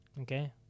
Okay